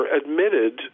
admitted